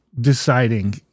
deciding